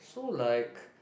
so like